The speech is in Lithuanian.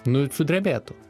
na ir sudrebėtų